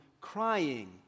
crying